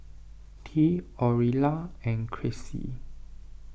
Tea Aurilla and Chrissy